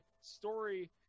story